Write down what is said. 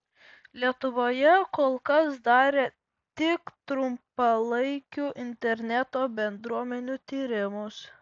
lietuvoje kol kas darė tik trumpalaikių interneto bendruomenių tyrimus